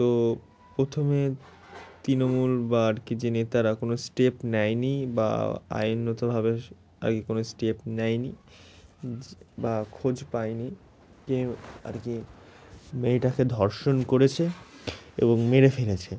তো প্রথমে তৃণমূল বা আর কি যে নেতারা কোনো স্টেপ নেয়নি বা আইনতভাবে আর কি কোনো স্টেপ নেয়নি বা খোঁজ পায়নি কে আর কি মেয়েটাকে ধর্ষণ করেছে এবং মেরে ফেলেছে